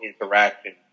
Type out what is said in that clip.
interaction